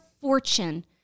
fortune